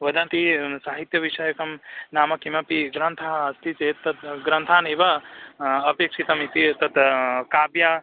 वदन्ति साहित्यविषयकं नाम किमपि ग्रन्थः अस्ति चेत् तत् ग्रन्थानेव अपेक्षितम् इति तत् काव्य